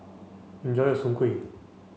enjoy your Soon Kuih